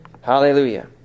Hallelujah